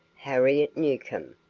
harriet newcomb,